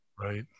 Right